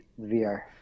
vr